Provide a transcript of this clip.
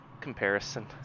comparison